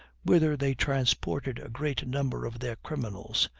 whither they transported a great number of their criminals,